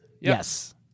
yes